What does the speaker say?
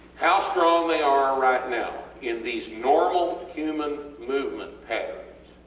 how strong they are right now, in these normal human movement patterns,